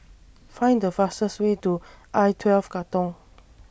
Find The fastest Way to I twelve Katong